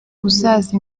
uzaza